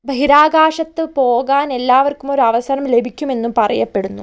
ബഹിരാകാശത്ത് പോകാൻ എല്ലാവർക്കും ഒരു അവസരം ലഭിക്കുമെന്നും പറയപ്പെടുന്നു